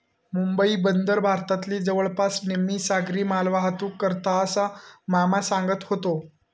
मुंबई बंदर भारतातली जवळपास निम्मी सागरी मालवाहतूक करता, असा मामा सांगत व्हतो